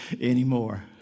anymore